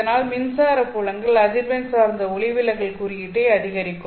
இதனால் மின்சார புலங்கள் அதிர்வெண் சார்ந்த ஒளி விலகல் குறியீட்டை அதிகரிக்கும்